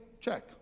check